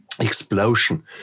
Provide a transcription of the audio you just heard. explosion